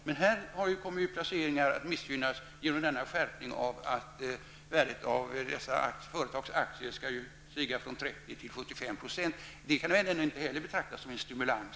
Men de placeringarna kommer att missgynnas genom att värdet av dessa företags aktier vid beskattningen skall stiga från 30 till 75%. Det kan väl ändå inte betraktas som en stimulans?